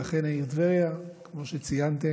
ואכן, העיר טבריה, כמו שציינתם,